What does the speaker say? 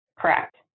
Correct